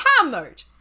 Hammered